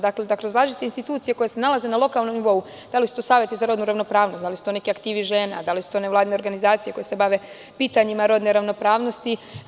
Dakle, da kroz različite institucije koje se nalaze na lokalnom nivou, naročito saveti za rodnu ravnopravnost, da li su tu aktivi žena, da li su to nevladine organizacije koje se bave pitanjima rodne ravnopravnosti.